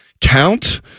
count